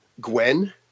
Gwen